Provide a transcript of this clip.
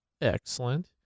Excellent